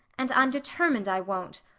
and i'm determined i won't.